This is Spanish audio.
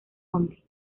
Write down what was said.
hombre